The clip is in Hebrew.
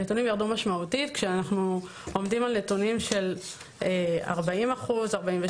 הנתונים ירדו משמעותית כאשר אנחנו עומדים על נתונים של 40 אחוזים,